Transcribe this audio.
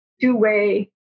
two-way